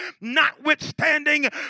notwithstanding